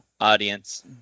audience